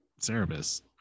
Cerebus